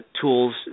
tools